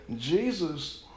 Jesus